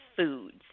foods